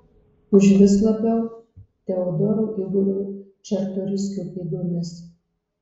užvis labiau teodoro igorio čartoriskio pėdomis